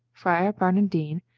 friar barnardine,